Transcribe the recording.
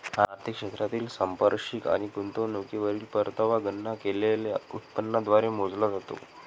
आर्थिक क्षेत्रातील संपार्श्विक आणि गुंतवणुकीवरील परतावा गणना केलेल्या उत्पन्नाद्वारे मोजला जातो